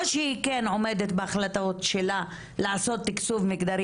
או שהיא כן עומדת בהחלטות שלה לעשות תקצוב מגדרי